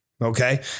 Okay